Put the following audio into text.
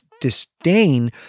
disdain